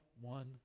one